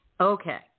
Okay